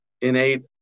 innate